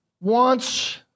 wants